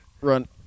Run